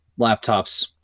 laptops